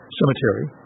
cemetery